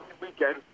weekend